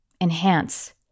enhance